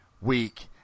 week